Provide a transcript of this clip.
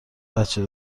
بچه